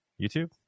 YouTube